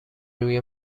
روی